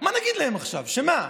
מה נגיד להם עכשיו, שמה,